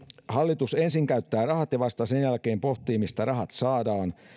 hallitus ensin käyttää rahat ja vasta sen jälkeen pohtii mistä rahat saadaan